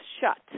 shut